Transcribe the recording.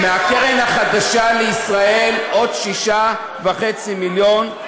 מהקרן החדשה לישראל, עוד 6.5 מיליון.